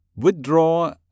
Withdraw